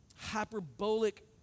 hyperbolic